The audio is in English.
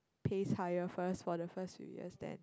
pays higher first for the first few years then